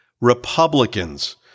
Republicans